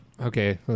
okay